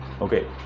okay